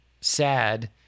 sad